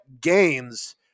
games